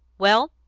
well,